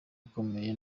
ukomeye